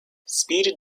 speed